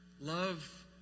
Love